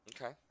Okay